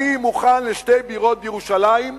אני מוכן לשתי בירות בירושלים,